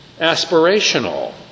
aspirational